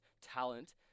talent